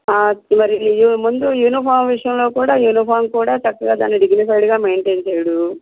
మరి ఇంతకు ముందు యూనిఫార్మ్ విషయంలో కూడా యూనిఫార్మ్ కూడా దాన్ని డిగ్నిఫైడ్గా మెయింటైన్ చెయ్యడు